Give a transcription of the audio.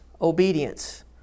obedience